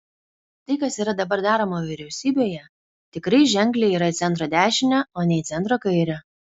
tai kas yra dabar daroma vyriausybėje tikrai ženkliai yra į centro dešinę o ne į centro kairę